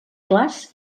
clars